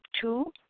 two